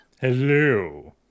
Hello